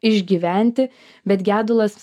išgyventi bet gedulas